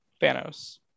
Thanos